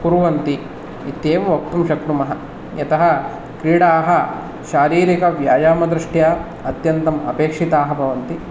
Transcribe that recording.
कुर्वन्ति इत्येव वक्तुं शक्नुमः यतः क्रीडाः शारीरिकव्यायामदृष्ट्या अत्यन्तम् अपेक्षिताः भवन्ति